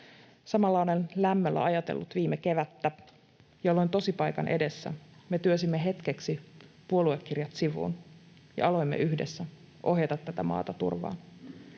Samalla olen lämmöllä ajatellut viime kevättä, jolloin tosipaikan edessä me työnsimme hetkeksi puoluekirjat sivuun ja aloimme yhdessä ohjata tätä maata turvaan.